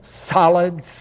solid